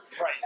Right